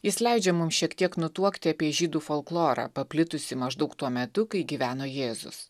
jis leidžia mums šiek tiek nutuokti apie žydų folklorą paplitusį maždaug tuo metu kai gyveno jėzus